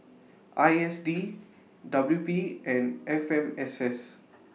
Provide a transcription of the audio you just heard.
I S D W P and F M S S